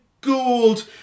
gold